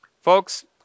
Folks